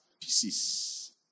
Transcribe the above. Pieces